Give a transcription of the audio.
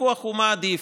הוויכוח הוא מה עדיף,